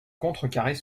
contrecarrer